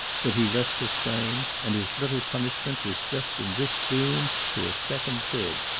that he thus disclaimed, and his little punishment was just in this doom to a second fib.